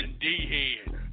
D-Head